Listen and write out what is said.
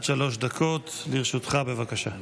עד שלוש דקות לרשותך, בבקשה.